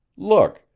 look!